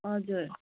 हजुर